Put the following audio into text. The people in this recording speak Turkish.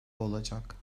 olacak